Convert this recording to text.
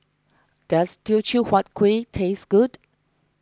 does Teochew Huat Kuih taste good